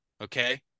Okay